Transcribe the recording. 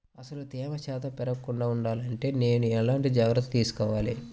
అసలు తేమ శాతం పెరగకుండా వుండాలి అంటే నేను ఎలాంటి జాగ్రత్తలు తీసుకోవాలి?